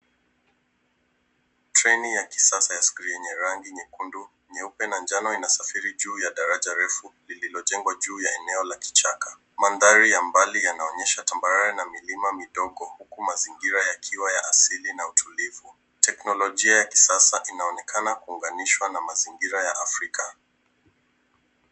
Feni ya kisasa ya skrini ya rangi nyekundu, nyeupe na njano inasafiri juu ya daraja refu lililojengwa juu ya eneo la kichaka. Mandhari ya mbali yanaonyesha tambarare na milima midogo huku mazingira yakiwa ya asili na utulivu. Teknolojia ya kisasa inaonekana kuunganishwa na mazingira ya afrika.